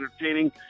entertaining